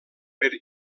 per